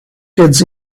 kids